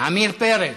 עמיר פרץ,